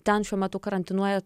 ten šiuo metu karantinuoja